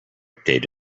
update